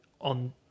on